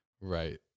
right